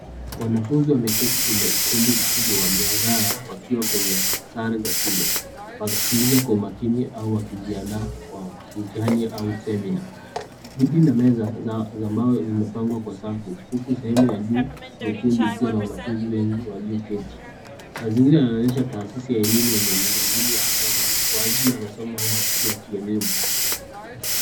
Wanafunzi wameketi kwenye ukumbi mkubwa wa mihadhara wakiwa kwenye sare za shule wakisikiliza kwa umakini au wakijiandaa kwa mtihani au semina. Viti na meza za mbao zimepangwa kwa safu huku sehemu ya juu ya ukumbi ikiwa na wanafunzi wengi walioketi. Mazingira yanonyesha taasisi ya elimu yenye miundo mbinu ya kisasa kwa ajili ya masomo au matukio ya kielimu.